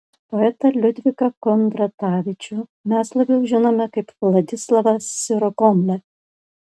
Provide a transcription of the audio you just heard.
poetą liudviką kondratavičių mes labiau žinome kaip vladislavą sirokomlę